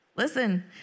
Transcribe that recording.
Listen